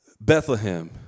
Bethlehem